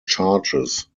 charges